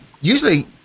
usually